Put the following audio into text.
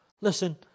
Listen